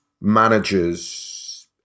managers